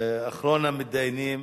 אחרון המתדיינים,